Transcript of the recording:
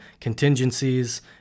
contingencies